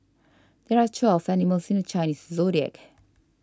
there are twelve animals in the Chinese zodiac